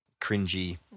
cringy